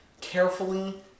Carefully